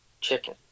Chicken